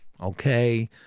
Okay